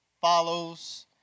follows